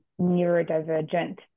neurodivergent